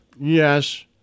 Yes